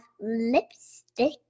lipstick